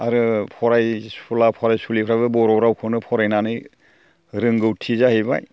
आरो फरायसुला फरायसुलिफ्राबो बर' रावखौनो फरायनानै रोंगौथि जाहैबाय